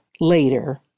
later